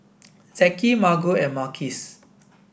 Zeke Margo and Marquise